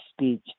speech